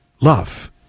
Love